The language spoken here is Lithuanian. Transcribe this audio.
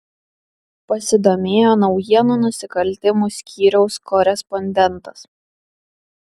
pasidomėjo naujienų nusikaltimų skyriaus korespondentas